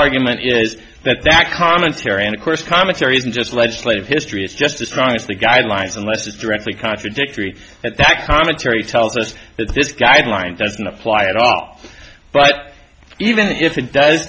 argument is that that commentary and of course commentary isn't just legislative history it's just as strong as the guidelines unless it's directly contradictory at that cometary tells us that this guideline doesn't apply at all but even if it does